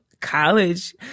college